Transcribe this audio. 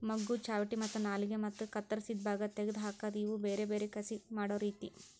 ಮೊಗ್ಗು, ಚಾವಟಿ ಮತ್ತ ನಾಲಿಗೆ ಮತ್ತ ಕತ್ತುರಸಿದ್ ಭಾಗ ತೆಗೆದ್ ಹಾಕದ್ ಇವು ಬೇರೆ ಬೇರೆ ಕಸಿ ಮಾಡೋ ರೀತಿ